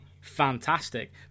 fantastic